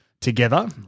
together